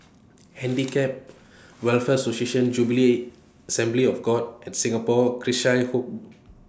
Handicap Welfare Association Jubilee Assembly of God and Singapore Cheshire Home